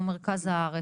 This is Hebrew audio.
הוא מרכז הארץ.